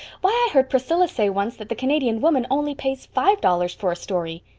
why, i heard priscilla say once that the canadian woman only pays five dollars for a story!